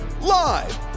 live